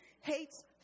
hates